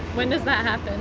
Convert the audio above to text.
when does that happen?